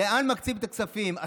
לאן מקצים את הכספים,